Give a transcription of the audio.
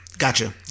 Gotcha